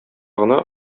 гына